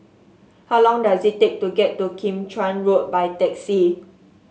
how long does it take to get to Kim Chuan Road by taxi